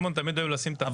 אבל